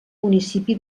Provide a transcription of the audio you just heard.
municipi